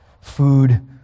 food